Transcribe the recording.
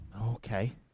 Okay